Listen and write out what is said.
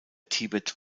tibet